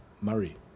Murray